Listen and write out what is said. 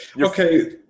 okay